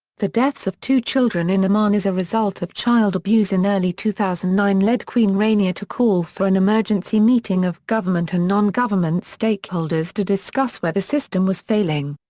the deaths of two children in amman as a result of child abuse in early two thousand and nine led queen rania to call for an emergency meeting of government and non-government stakeholders to discuss where the system was failing.